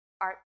art